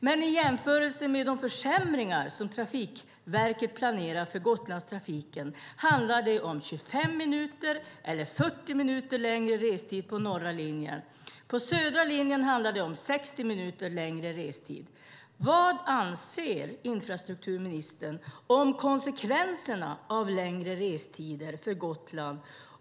Men i jämförelse med de försämringar som Trafikverket planerar för Gotlandstrafiken handlar det om 25 eller 40 minuter längre restid på den norra linjen. På den södra linjen handlar det om 60 minuter längre restid. Vad anser infrastrukturministern om konsekvenserna av längre restider för Gotland?